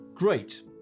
Great